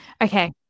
Okay